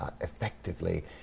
effectively